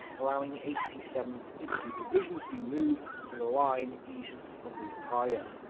allowing eighty seventh infantry division to be moved to the line east of liepaja.